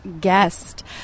guest